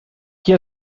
qui